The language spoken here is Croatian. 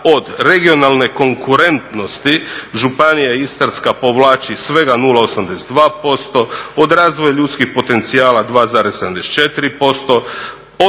od regionalne konkurentnosti Županija istarska povlači svega 0,82%, od razvoja ljudskih potencijala 2,74%,